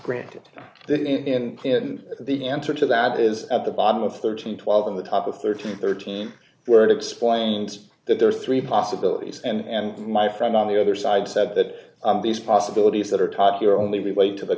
granted that in the answer to that is at the bottom of thirteen twelve on the top of thirteen thirteen where it explains that there are three possibilities and my friend on the other side said that these possibilities that are taught here only way to the